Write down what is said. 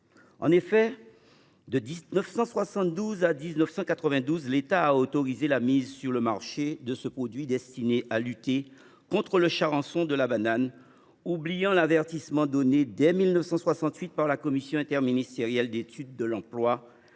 En effet, de 1972 à 1992, l’État a autorisé la mise sur le marché de ce produit destiné à lutter contre le charançon de la banane, oubliant l’avertissement donné, dès 1968, par la Commission interministérielle d’étude de l’emploi